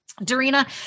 Darina